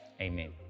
Amen